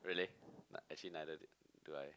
really nei~ actually neither do I